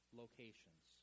locations